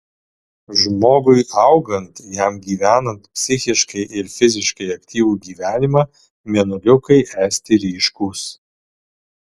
žmogui augant jam gyvenant psichiškai ir fiziškai aktyvų gyvenimą mėnuliukai esti ryškūs